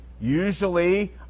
usually